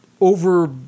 over